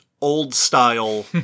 old-style